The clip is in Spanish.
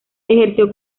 ejerció